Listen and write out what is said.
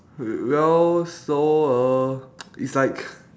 hmm well so uh it's like